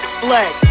flex